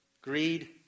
greed